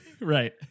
Right